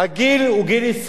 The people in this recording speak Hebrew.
הגיל הוא 20,